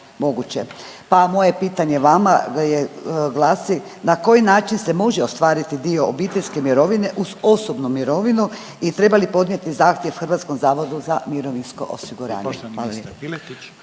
Pa moje pitanje vama glasi, na koji način se može ostvariti dio obiteljske mirovine uz osobnu imovinu i treba li podnijeti zahtjev za HZMO-u? Hvala lijepo.